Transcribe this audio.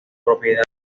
propiedades